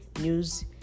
news